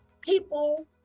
people